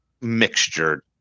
mixture